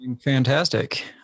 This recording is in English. Fantastic